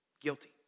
guilty